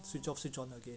switch off switch on again